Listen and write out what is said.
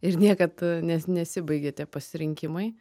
ir niekad ne nesibaigia tie pasirinkimai